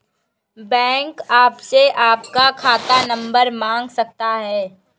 bank आपसे आपका खाता नंबर मांग सकता है